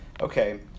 okay